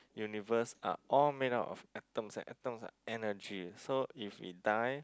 universe are all made up of atoms and atoms are energy so if we die